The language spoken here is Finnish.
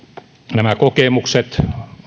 nämä kokemukset